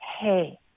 hey